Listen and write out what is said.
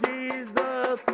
Jesus